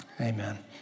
amen